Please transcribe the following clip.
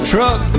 Truck